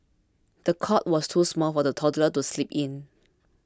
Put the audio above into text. the cot was too small for the toddler to sleep in